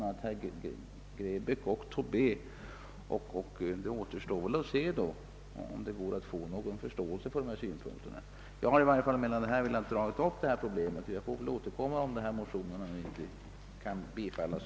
När dessa motioner behandlas får vi se om det går att få förståelse för dessa synpunkter. Jag har emellertid med min interpellation velat dra upp problemet, och jag får väl återkomma om motionerna inte bifalls.